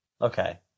Okay